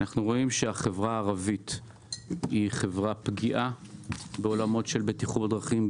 אנחנו רואים שהחברה הערבית היא חברה פגיעה בעולמות של בטיחות בדרכים,